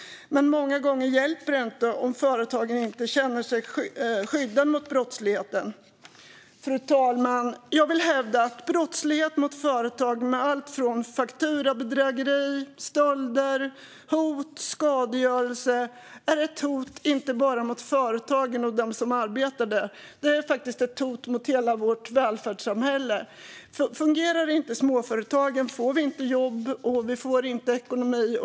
Men många gånger hjälper det inte om företagen inte känner sig skyddade mot brottsligheten. Fru talman! Jag vill hävda att brottslighet mot företag med alltifrån fakturabedrägerier till stölder, hot och skadegörelse är ett hot inte bara mot företagen och dem som arbetar där utan faktiskt mot hela vårt välfärdssamhälle. Fungerar inte småföretagen får vi inte jobb och inte ekonomi.